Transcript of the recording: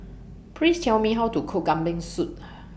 Please Tell Me How to Cook Kambing Soup